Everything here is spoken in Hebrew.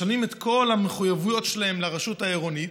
משלמים את כל המחויבויות שלהם לרשות העירונית,